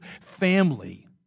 family